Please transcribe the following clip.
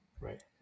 Right